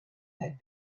had